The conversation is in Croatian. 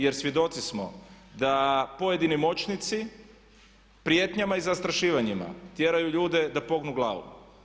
Jer svjedoci smo da pojedini moćnici prijetnjama i zastrašivanjima tjeraju ljude da pognu glavu.